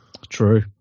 True